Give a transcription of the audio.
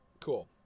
Cool